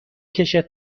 کشد